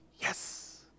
Yes